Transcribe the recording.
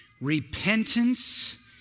Repentance